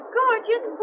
gorgeous